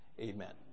amen